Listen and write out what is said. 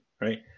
right